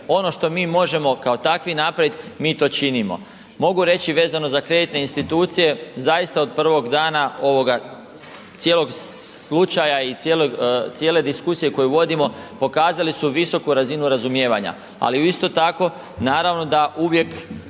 ono što mi možemo kao takvi napraviti mi to činimo. Mogu reći vezano za kreditne institucije, zaista od prvog dana ovoga cijelog slučaja i cijelog, cijele diskusije koju vodimo pokazali su visoku razinu razumijevanja, ali isto tako naravno da uvijek